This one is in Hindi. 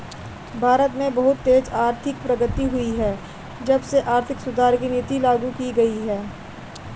भारत में बहुत तेज आर्थिक प्रगति हुई है जब से आर्थिक सुधार की नीति लागू की गयी है